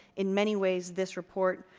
in many ways this report,